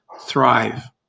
thrive